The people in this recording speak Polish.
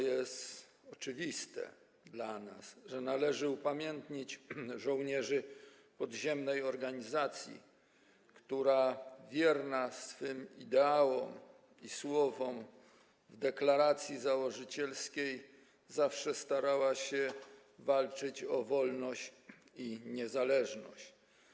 Jest dla nas oczywiste, że należy upamiętnić żołnierzy podziemnej organizacji, która - wierna swym ideałom i słowom z deklaracji założycielskiej - zawsze starała się walczyć o wolność i niezależność.